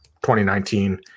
2019